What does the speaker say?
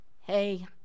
Hey